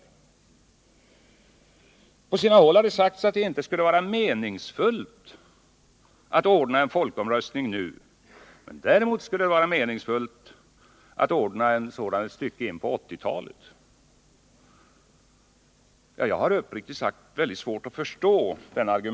På sina håll har det sagts att det inte skulle vara meningsfullt att ordna en folkomröstning nu men väl ett stycke in på 1980-talet. Det är en argumentering som jag har svårt att förstå.